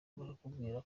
bakakubwira